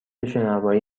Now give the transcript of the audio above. شنوایی